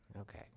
Okay